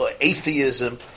atheism